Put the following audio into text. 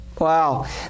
Wow